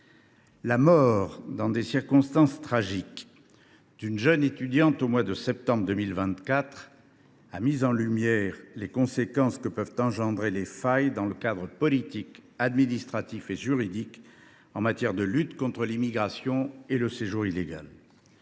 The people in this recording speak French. la mort, dans des circonstances tragiques, de Philippine, une jeune étudiante, au mois de septembre 2024 a mis en lumière les conséquences que peuvent engendrer les failles politiques, administratives et juridiques en matière de lutte contre l’immigration et le séjour illégal.